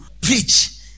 Preach